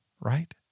right